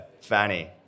Fanny